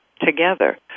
together